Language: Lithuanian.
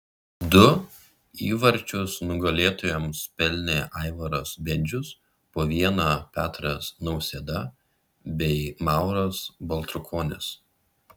du įvarčius nugalėtojams pelnė aivaras bendžius po vieną petras nausėda bei mauras baltrukonis